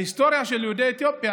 ההיסטוריה של יהודי אתיופיה,